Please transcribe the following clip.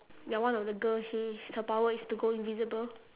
ya one of the girl she her power is to go invisible